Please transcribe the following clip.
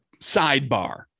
sidebar